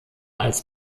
als